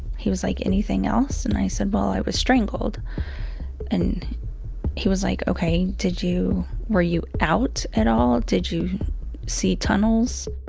he was like, anything else? and i said, well, i was strangled and he was like, okay. did you were you out at all? did you see tunnels?